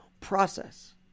process